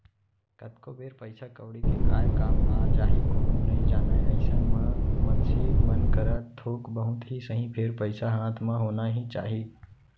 कतको बेर पइसा कउड़ी के काय काम आ जाही कोनो नइ जानय अइसन म मनसे मन करा थोक बहुत ही सही फेर पइसा हाथ म होना ही चाही